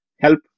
help